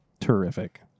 terrific